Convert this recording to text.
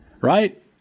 right